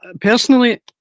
Personally